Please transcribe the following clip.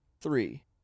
three